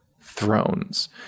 Thrones